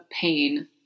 pain